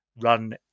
run